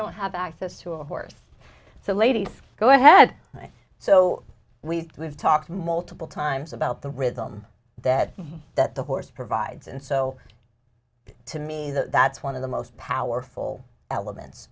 don't have access to a horse so ladies go ahead so we we've talked multiple times about the rhythm that that the horse provides and so to me that's one of the most powerful elements